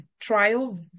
trial